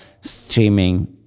streaming